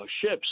ships